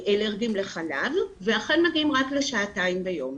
אלרגיים לחלב, ואכן מגיעות רק לשעתיים ביום.